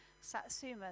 satsuma